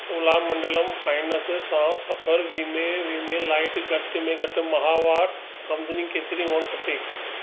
Cholamandalam finance सां सफ़ल वीमे वीमे लाइ घटि में घटि माहिवार आमदनी केतिरी हुअणु खपे